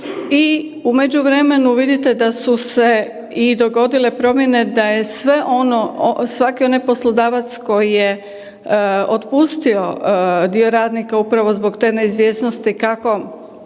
i u međuvremenu vidite da su se i dogodile promjene da je sve ono, svaki onaj poslodavac koji je otpustio dio radnika upravo zbog te neizvjesnosti kako